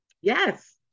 Yes